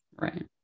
Right